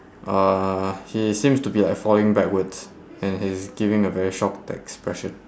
uh he seems to be like falling backwards and he's giving a very shocked expression